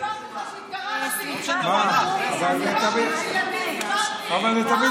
סיפרתי לך שהתגרשתי, אבל זה תמיד